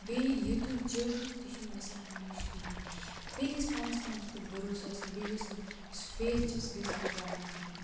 بییہِ یہِ تُہۍ چٲہو تہِ چھُنہ گژھان ہمیشہٕ کِہیٖنۍ بییہِ گَژھہ پَننس پانس پیٹھ بروسہٕ آسُن بییہِ گژھِ نہٕ یُس فیتھ چھُ سُہ گَژھِ نہ تراونۍ کہیٖنۍ